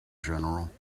general